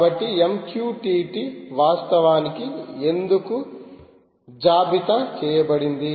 కాబట్టి MQTT వాస్తవానికి ఎందుకు జాబితా చేయబడింది